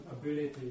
ability